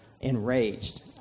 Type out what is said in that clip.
enraged